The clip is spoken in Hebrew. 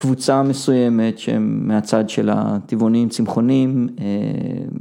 קבוצה מסוימת שהם מהצד של הטבעוניים צמחוניים